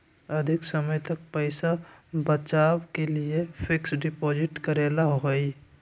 अधिक समय तक पईसा बचाव के लिए फिक्स डिपॉजिट करेला होयई?